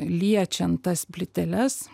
liečiant tas plyteles